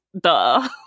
duh